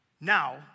Now